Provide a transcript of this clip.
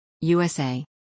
USA